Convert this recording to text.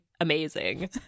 amazing